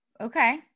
okay